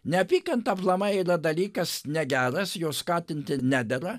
neapykanta aplamai yra dalykas negeras jo skatinti nedera